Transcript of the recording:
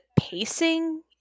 pacing